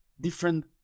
different